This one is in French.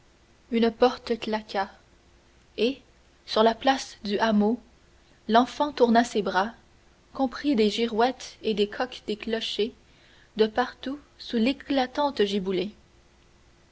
une porte claqua et sur la place du hameau l'enfant tourna ses bras compris des girouettes et des coqs des clochers de partout sous l'éclatante giboulée